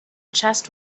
chest